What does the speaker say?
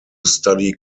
study